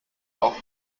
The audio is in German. auch